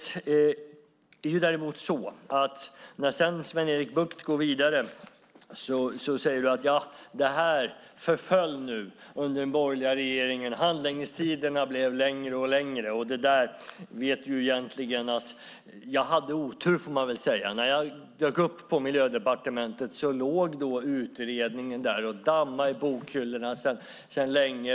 Sven-Erik Bucht säger vidare att detta förföll under den borgerliga regeringen och att handläggningstiderna blev allt längre. Man får väl säga att jag hade otur. När jag dök upp på Miljödepartementet låg utredningen där och dammade i bokhyllorna sedan länge.